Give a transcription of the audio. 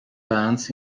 plants